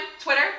Twitter